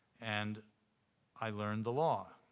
and i learned the law.